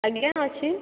ଆଜ୍ଞା ଅଛି